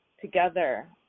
together